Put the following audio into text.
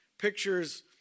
pictures